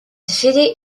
city